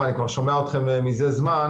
ואני כבר שומע אתכם מזה זמן,